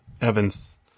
Evans